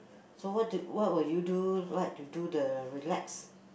so what do what will you do like to do the relax